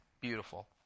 beautiful